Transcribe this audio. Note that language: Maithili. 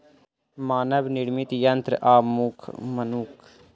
मानव निर्मित यंत्र आ मनुख फसिलक कटाई करैत अछि